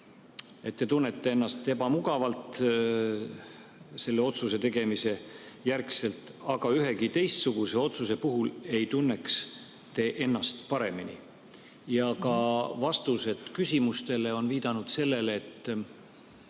et te tunnete ennast ebamugavalt pärast selle otsuse tegemist, aga ühegi teistsuguse otsuse puhul ei tunneks te ennast paremini. Ja ka vastused küsimustele on viidanud sellele, et